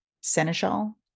seneschal